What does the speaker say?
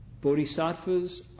Bodhisattvas